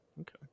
okay